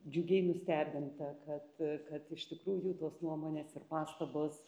džiugiai nustebinta kad kad iš tikrųjų tos nuomonės ir pastabos